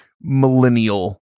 millennial